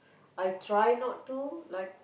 I try not to like